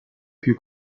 più